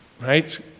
right